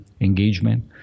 engagement